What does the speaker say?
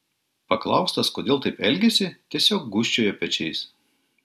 paklaustas kodėl taip elgėsi tiesiog gūžčiojo pečiais